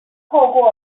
透过